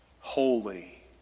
Holy